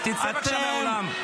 תצא בבקשה מהאולם.